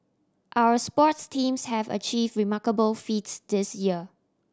our sports teams have achieve remarkable feats this year